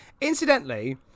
Incidentally